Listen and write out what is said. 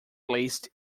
placed